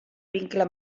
vincle